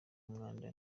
umwanda